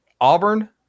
Auburn